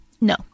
No